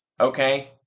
Okay